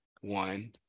one